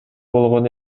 болгон